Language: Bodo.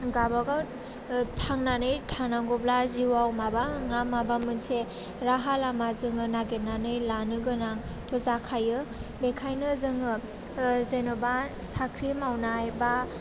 गाबागाव थांनानै थानांगौब्ला जिउआव माबा नङा माबा मोनसे राहा लामा जोङो नागिरनानै लानो गोनांथ' जाखायो बेखायनो जोङो जेन'बा साख्रि मावनाय बा